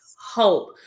hope